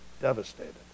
Devastated